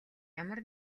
ямар